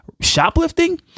shoplifting